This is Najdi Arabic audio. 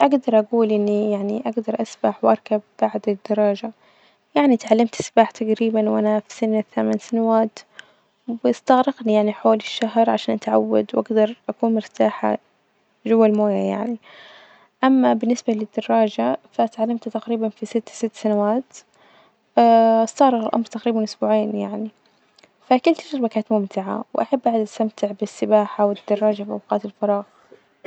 أجدر أجول إني يعني أجدر أسبح وأركب بعد الدراجة، يعني تعلمت السباحة تجريبا وأنا في سن الثمان سنوات، وبيستغرقني يعني حوالي الشهر عشان أتعود وأجدر أكون مرتاحة جوا الموية يعني، أما بالنسبة للدراجة فتعلمت تقريبا في ست- ست سنوات إستغرق الأمر تقريبا أسبوعين يعني، فكانت تجربة كانت ممتعة، وأحب أقعد أستمتع بالسباحة والدراجة في أوقات الفراغ.